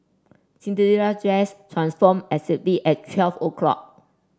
Cinderella's dress transformed exactly at twelve o'clock